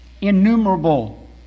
innumerable